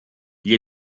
gli